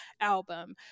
album